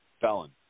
felon